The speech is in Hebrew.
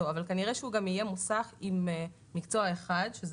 אבל כנראה שהוא גם יהיה מוסך עם מקצוע אחד שהוא אוטו-טק,